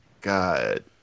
God